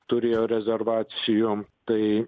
turėjo rezervacijų tai